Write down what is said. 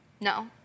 No